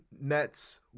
Nets